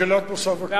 בתחילת מושב הקיץ.